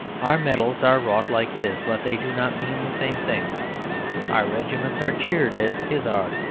our medals are wrought like his, but they do not mean the same thing our regiments are cheered as his are,